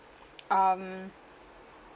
um